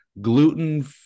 gluten